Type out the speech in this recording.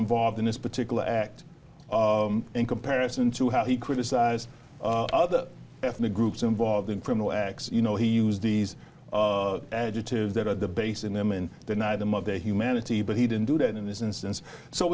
involved in this particular act in comparison to how he criticized other ethnic groups involved in criminal acts you know he used these additives that are the base in them and deny them of their humanity but he didn't do that in this instance so